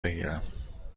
بگیرم